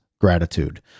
gratitude